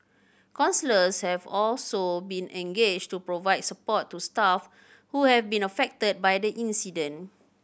counsellors have also been engaged to provide support to staff who have been affected by the incident